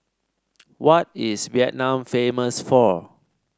what is Vietnam famous for